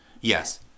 Yes